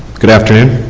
good afternoon.